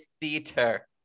theater